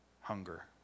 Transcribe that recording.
hunger